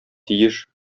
тиеш